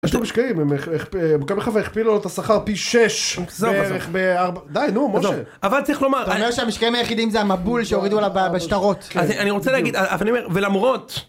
יש לו משקעים, גם החבר'ה הכפילה לו את השכר פי שש בסדר, בסדר בערך בארבע... די, נו, משה אבל צריך לומר אתה אומר שהמשקעים היחידים זה המבול שהורידו עליו בשטרות כן אני רוצה להגיד, אז אני אומר, ולמרות...